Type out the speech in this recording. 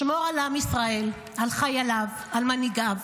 שמור על עם ישראל, על חייליו, על מנהיגיו,